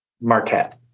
Marquette